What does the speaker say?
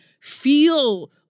feel